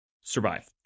survive